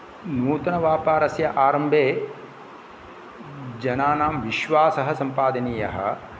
नूतनव्यापारस्य आरम्भे जनानां विश्वासः सम्पादनीयः